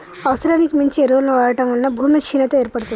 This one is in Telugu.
అవసరానికి మించి ఎరువులను వాడటం వలన భూమి క్షీణత ఏర్పడుతుంది